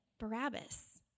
Barabbas